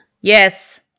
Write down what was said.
Yes